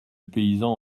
paysan